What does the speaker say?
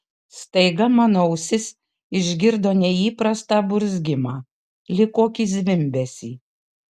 staiga mano ausis išgirdo neįprastą burzgimą lyg kokį zvimbesį